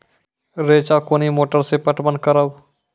रेचा कोनी मोटर सऽ पटवन करव?